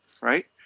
Right